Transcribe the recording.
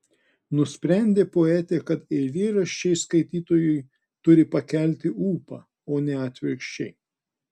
nusprendė poetė kad eilėraščiai skaitytojui turi pakelti ūpą o ne atvirkščiai